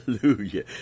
Hallelujah